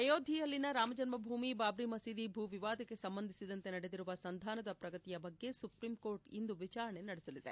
ಅಯೋಧ್ಯೆಯಲ್ಲಿನ ರಾಮ ಜನ್ಮಭೂಮಿ ಬಾಬ್ರಿ ಮಸೀದಿ ಭೂ ವಿವಾದಕ್ಕೆ ಸಂಬಂಧಿಸಿದಂತೆ ನಡೆದಿರುವ ಸಂಧಾನದ ಪ್ರಗತಿಯ ಬಗ್ಗೆ ಸುಪ್ರೀಂಕೋರ್ಟ್ ಇಂದು ವಿಚಾರಣೆ ನಡೆಸಲಿದೆ